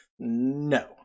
no